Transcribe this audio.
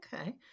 Okay